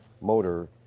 motor